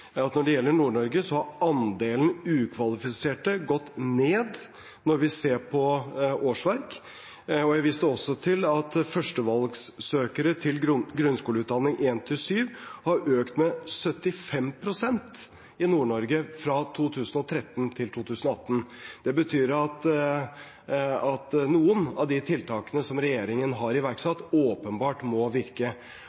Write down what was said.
at når det gjelder Nord-Norge, har andelen ukvalifiserte gått ned når vi ser på årsverk, og jeg viste også til at førstevalgssøkere til grunnskoleutdanning trinn 1–7 har økt med 75 pst. i Nord-Norge fra 2013 til 2018. Det betyr at noen av de tiltakene som regjeringen har